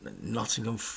Nottingham